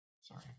sorry